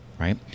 Right